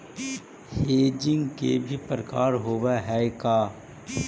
Hedging के भी प्रकार होवअ हई का?